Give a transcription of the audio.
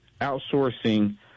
outsourcing